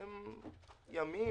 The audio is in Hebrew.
ימים,